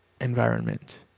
environment